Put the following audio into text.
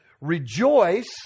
rejoice